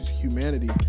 humanity